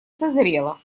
созрело